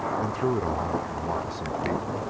and through it all, on moccasined feet,